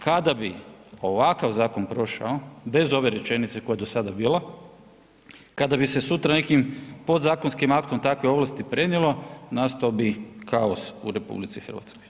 Kada bi ovakav zakon prošao, bez ove rečenice koja je do sada bila, kada bi se sutra nekim podzakonskim aktom takve ovlasti prenijelo, nastao bi kaos u RH.